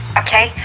okay